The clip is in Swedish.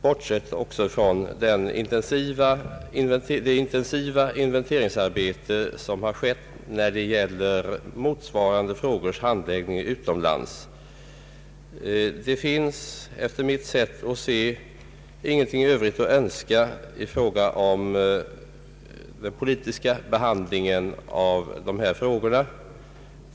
Därtill kommer det intensiva inventeringsarbete som skett när det gäller motsvarande frågors handläggning utomlands. Det finns från kommitténs sätt att se ingenting Övrigt att önska i fråga om den politiska behandlingen av dessa frågor.